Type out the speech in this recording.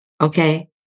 okay